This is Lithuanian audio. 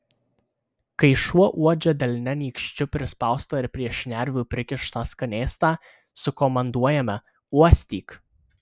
kai šuo uodžia delne nykščiu prispaustą ir prie šnervių prikištą skanėstą sukomanduojame uostyk